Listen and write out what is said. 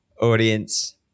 audience